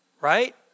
Right